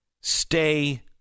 Stay